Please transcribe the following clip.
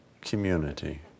community